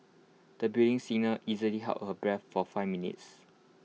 the budding singer easily held her breath for five minutes